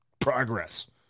Progress